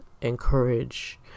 encourage